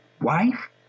wife